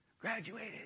graduated